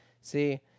see